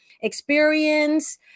experience